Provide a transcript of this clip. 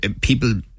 people